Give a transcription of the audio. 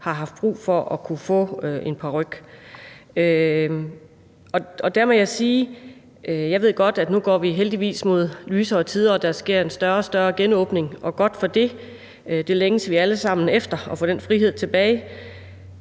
har haft brug for at kunne få en paryk. Jeg ved godt, at nu går vi heldigvis mod lysere tider, og at der sker en større og større genåbning, og godt for det, for vi længes alle sammen efter at få den frihed tilbage,